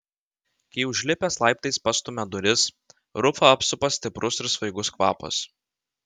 kai užlipęs laiptais pastumia duris rufą apsupa stiprus ir svaigus kvapas